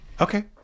Okay